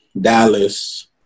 Dallas